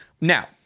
now